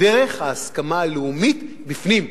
דרך ההסכמה הלאומית בפנים,